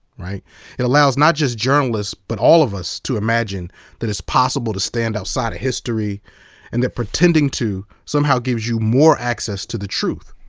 it allows not just journalists but all of us to imagine that it's possible to stand outside of history and that pretending to somehow gives you more access to the truth.